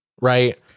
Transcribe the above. right